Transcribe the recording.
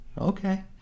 Okay